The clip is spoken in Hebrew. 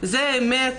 זו אמת,